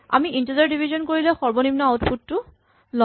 আমি integer division কৰিলে সৰ্বনিম্ন আউটপুট টো ল'ম